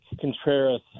Contreras